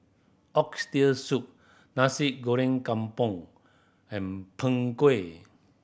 Oxtail Soup Nasi Goreng Kampung and Png Kueh